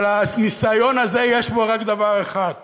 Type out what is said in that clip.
אבל, הניסיון הזה, יש בו רק דבר אחד: